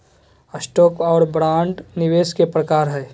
stock आर bond निवेश के प्रकार हय